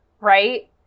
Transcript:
right